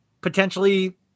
potentially